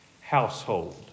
household